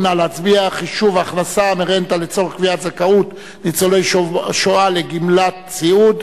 חישוב הכנסה מרנטה לצורך קביעת זכאות ניצולי השואה לגמלת סיעוד)